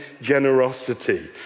generosity